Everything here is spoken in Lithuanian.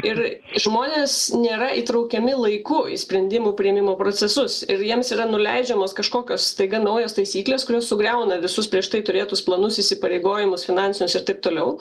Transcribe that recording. ir žmonės nėra įtraukiami laiku į sprendimų priėmimo procesus ir jiems yra nuleidžiamos kažkokios staiga naujos taisyklės kurios sugriauna visus prieš tai turėtus planus įsipareigojimus finansinius ir taip toliau